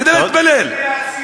כדי להתפלל.